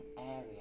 area